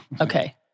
Okay